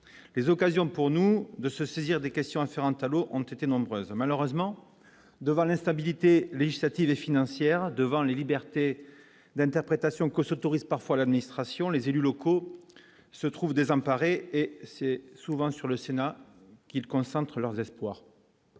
les occasions pour nous de se saisir des questions afférentes à l'eau ont été nombreuses malheureusement devant l'instabilité législative et financière devant les libertés d'interprétation COS autorise parfois, l'administration, les élus locaux se trouvent désemparés et c'est souvent sur le Sénat qu'ils concentrent leurs espoirs,